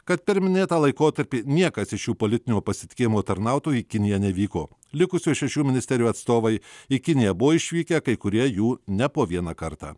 kad per minėtą laikotarpį niekas iš jų politinio pasitikėjimo tarnautojų į kiniją nevyko likusių šešių ministerijų atstovai į kiniją buvo išvykę kai kurie jų ne po vieną kartą